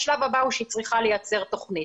השלב הבא שהיא צריכה לייצר תוכנית.